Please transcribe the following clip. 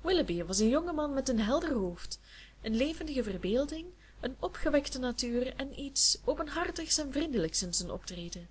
willoughby was een jonge man met een helder hoofd een levendige verbeelding een opgewekte natuur en iets openhartigs en vriendelijks in zijn optreden